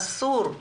אסור.